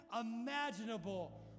imaginable